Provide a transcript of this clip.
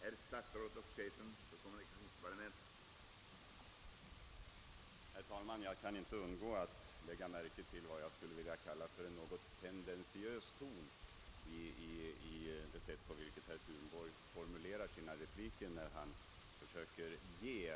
Herr talman! Jag kan inte undgå att lägga märke till vad jag skulle vilja kalla en något tendentiös ton i herr Thunborgs formulering av sina repliker.